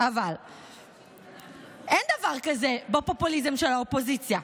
אבל אין דבר כזה בפופוליזם של האופוזיציה.